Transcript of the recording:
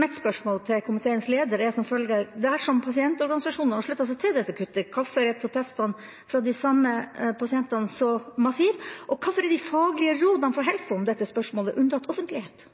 Mitt spørsmål til komiteens leder er som følger: Dersom pasientorganisasjonene har sluttet seg til dette kuttet, hvorfor er protestene fra de samme pasientene så massive, og hvorfor er de faglige rådene fra HELFO om dette spørsmålet unntatt offentlighet?